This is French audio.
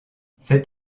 c’est